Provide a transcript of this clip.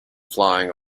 flying